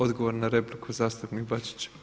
Odgovor na repliku zastupnik Bačić.